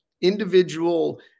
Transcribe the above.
individual